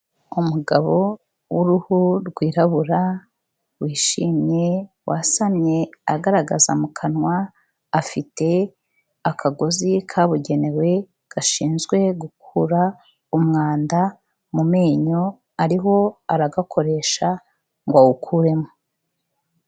Umugabo w'uruhu rwirabura wishimye, wasamye agaragaza mu kanwa, afite akagozi kabugenewe gashinzwe gukura umwanda mu menyo, ariho aragakoresha ngo awukuremo.